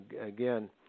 again